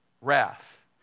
Wrath